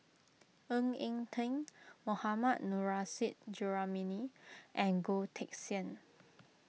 Ng Eng Teng Mohammad Nurrasyid Juraimi and Goh Teck Sian